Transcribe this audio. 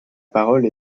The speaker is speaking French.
parole